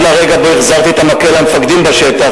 לרגע שבו החזרתי את המקל למפקדים בשטח,